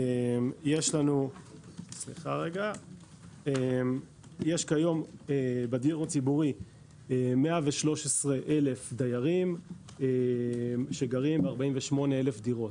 יש כיום בדיור הציבורי 113,000 דיירים שגרים ב-48,000 דירות.